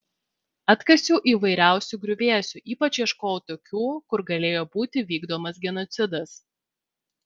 atkasiau įvairiausių griuvėsių ypač ieškojau tokių kur galėjo būti vykdomas genocidas